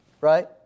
Right